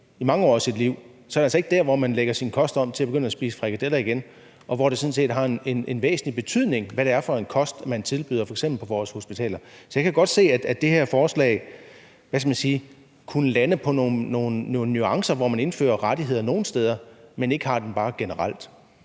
i mange år af sit liv, er det altså ikke der, man lægger sin kost om til at begynde at spise frikadeller. Her har det sådan set en væsentlig betydning, hvad det er for en kost, man tilbyder, f.eks. på vores hospitaler. Så jeg kunne godt se, at det her forslag kunne lande med nogle nuancer, som betyder, at man indfører rettigheder nogle steder, men ikke generelt.